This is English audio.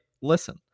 listen